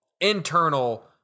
internal